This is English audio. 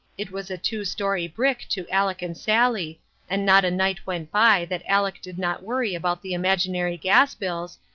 it was a two-story brick to aleck and sally and not a night went by that aleck did not worry about the imaginary gas-bills,